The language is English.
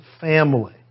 family